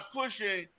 pushing